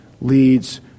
leads